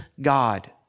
God